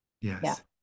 Yes